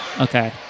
Okay